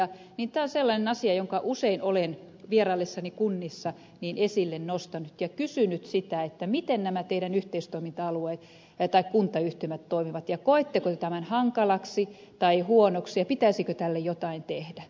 tämä on sellainen asia jonka usein olen vieraillessani kunnissa esille nostanut ja kysynyt sitä miten nämä teidän yhteistoiminta alueenne tai kuntayhtymänne toimivat ja koetteko te tämän hankalaksi tai huonoksi ja pitäisikö tälle jotain tehdä